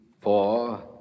four